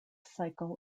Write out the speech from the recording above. cycle